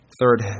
third